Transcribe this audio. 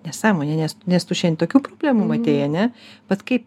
nesąmonė nes nes tu šian tokių problemų matei ane vat kaip